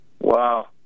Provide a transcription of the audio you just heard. Wow